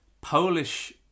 Polish